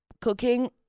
cooking